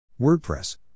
WordPress